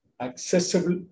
accessible